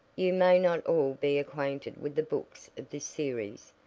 you may not all be acquainted with the books of this series,